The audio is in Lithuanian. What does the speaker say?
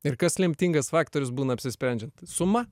ir kas lemtingas faktorius būna apsisprendžiant suma